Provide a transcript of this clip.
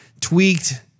tweaked